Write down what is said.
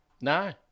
No